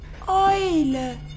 Eule